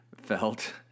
felt